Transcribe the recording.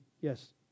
Yes